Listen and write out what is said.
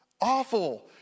awful